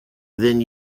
then